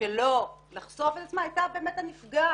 שלא לחשוף את עצמה היתה הנפגעת,